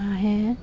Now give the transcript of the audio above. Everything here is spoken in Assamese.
হাঁহে